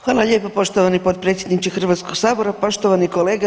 Hvala lijepo poštovani potpredsjedniče Hrvatskog sabora, poštovani kolega.